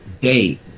day